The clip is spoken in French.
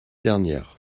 dernière